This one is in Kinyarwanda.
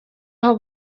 aho